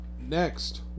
next